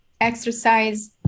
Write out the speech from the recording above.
exercise